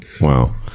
Wow